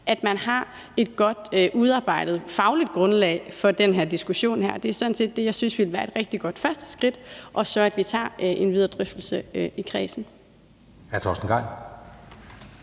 at man har et godt udarbejdet fagligt grundlag for den her diskussion. Det er sådan set det, jeg synes ville være et rigtig godt første skridt, og at vi så tager en videre drøftelse i kredsen.